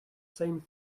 same